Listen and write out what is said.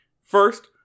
First